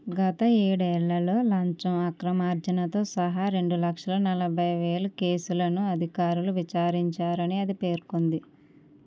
గత ఏడేళ్ళలో లంచం అక్రమార్జనతో సహా రెండు లక్షల నలభై వేల కేసులను అధికారులు విచారించారని అది పేర్కొంది